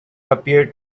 appeared